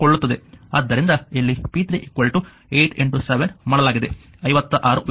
ಆದ್ದರಿಂದ ಇಲ್ಲಿ p3 87 ಮಾಡಲಾಗಿದೆ 56 ವ್ಯಾಟ್